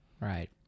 right